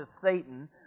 Satan